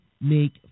make